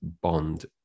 Bond